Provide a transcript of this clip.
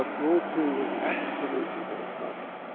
um rule two was absolutely no puns.